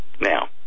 now